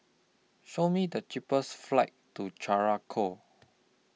Show Me The cheapest flights to Curacao